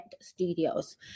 Studios